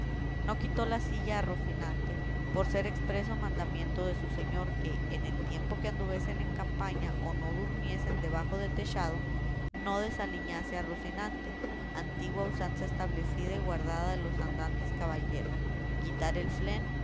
no quitó la silla a rocinante por ser expreso mandamiento de su señor que en el tiempo que anduviesen en campaña o no durmiesen debajo de techado no desaliñase a rocinante antigua usanza establecida y guardada de los andantes caballeros quitar el freno